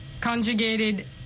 conjugated